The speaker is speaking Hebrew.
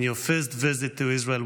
in your first visit to Israel.